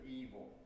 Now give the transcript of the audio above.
evil